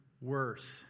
worse